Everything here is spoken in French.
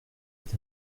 est